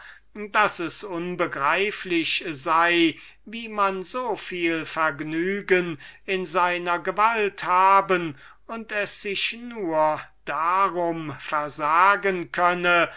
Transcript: daß es unbegreiflich sei wie man so viel vergnügen in seiner gewalt haben und es sich nur darum versagen könne